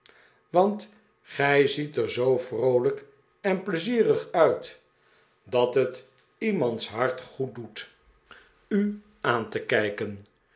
want gij ziet er zoo vroolijk en pleizierig uit dat het iemands hart goed doet u aan te kijken